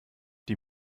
die